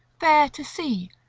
fair to see,